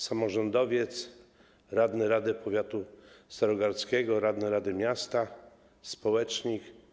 Samorządowiec, radny Rady Powiatu Starogardzkiego, radny rady miasta, społecznik.